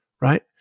Right